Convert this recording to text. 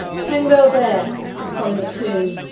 hang thou there upon the tomb,